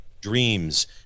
dreams